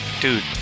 Dude